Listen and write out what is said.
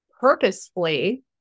purposefully